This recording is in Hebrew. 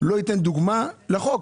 לא ייתן דוגמה לחוק.